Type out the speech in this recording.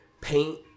paint